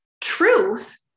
Truth